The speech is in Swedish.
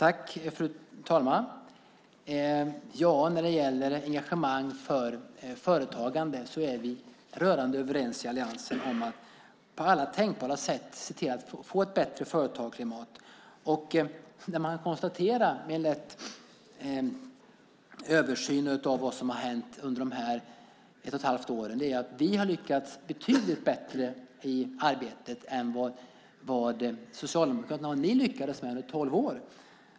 Fru talman! När det gäller engagemang för företagande är vi i alliansen rörande överens om att på alla tänkbara sätt se till att få ett bättre företagsklimat. I en översyn av vad som har hänt under de här ett och ett halvt åren konstaterar man att vi har lyckats betydligt bättre i arbetet än vad Socialdemokraterna gjorde under tolv år.